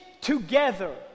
together